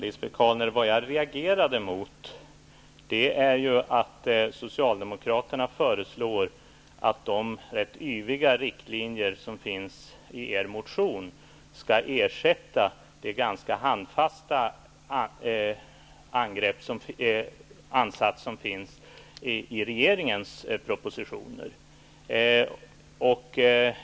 Fru talman! Det jag reagerade mot, Lisbet Calner, var att Socialdemokraterna föreslår att de rätt yviga riktlinjer som finns i er motion skall ersätta den ganska handfasta ansats som finns i regeringens propositioner.